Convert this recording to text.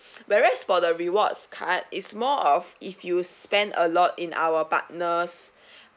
whereas for the rewards card is more of if you spend a lot in our partners